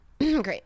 Great